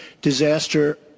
disaster